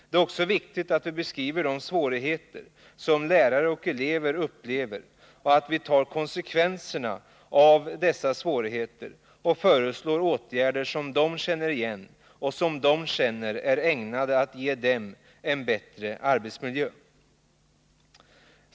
Det är också viktigt att vi beskriver de svårigheter som lärare och elever har och att vi tar konsekvenserna av dessa och föreslår åtgärder som de känner är ägnade att ge dem en bättre arbetsmiljö.